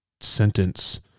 sentence